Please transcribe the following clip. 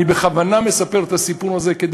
אני בכוונה מספר את הסיפור הזה כדי